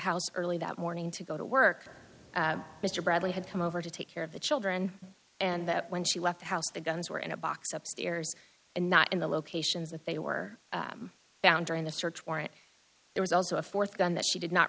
house early that morning to go to work mr bradley had come over to take care of the children and that when she left the house the guns were in a box upstairs and not in the locations that they were found during the search warrant there was also a fourth gun that she did not